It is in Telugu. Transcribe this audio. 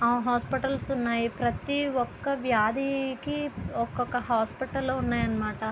హాస్పిటల్స్ ఉన్నాయి ప్రతి వ్యాధికి ఒక్కొక్క ఒక హాస్పిటల్ ఉన్నాయన్నమాట